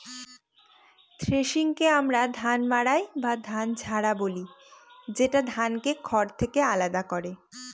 থ্রেশিংকে আমরা ধান মাড়াই বা ধান ঝাড়া কহি, যেটা ধানকে খড় থেকে আলাদা করে